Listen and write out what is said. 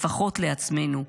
לפחות לעצמנו.